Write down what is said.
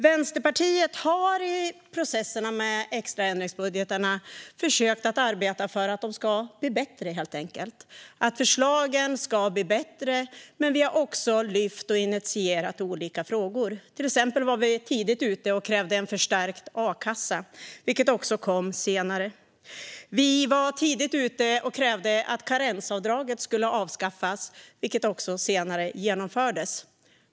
Vänsterpartiet har i processerna med de extra ändringsbudgetarna försökt att arbeta för att de helt enkelt ska bli bättre. Förslagen ska bli bättre, och vi har lyft fram och initierat olika frågor. Till exempel var vi tidigt ute och krävde en förstärkt a-kassa, vilket också kom senare. Vi var tidigt ute och krävde att karensavdraget skulle avskaffas, vilket också senare genomfördes.